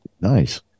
nice